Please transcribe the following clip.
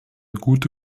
gute